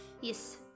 Yes